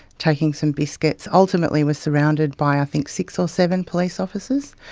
taking some biscuits, ultimately was surrounded by i think six or seven police officers.